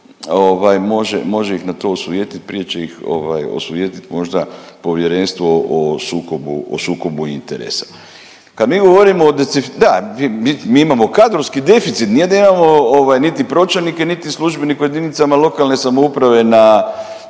može ih na to osujetiti, prije će ih ovaj, osujetiti možda Povjerenstvo o sukobu interesa. Kad mi govorimo o .../nerazumljivo/... da, mi imamo kadrovski deficit, nije da imamo ovaj niti pročelnike niti službenike u jedinicama lokalne samouprave na,